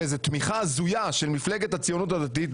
באיזו תמיכה הזויה של מפלגת הציונות הדתית,